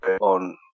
on